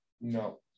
No